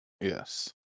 Yes